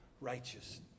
righteous